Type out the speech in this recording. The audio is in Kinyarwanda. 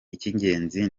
icy’ingenzi